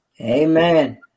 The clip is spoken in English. Amen